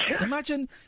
imagine